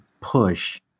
push